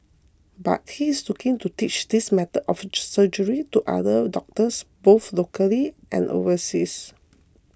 but he is looking to teach this method of surgery to other doctors both locally and overseas